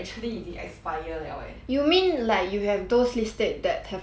you mean like you have those lipstick that have more than one freaking year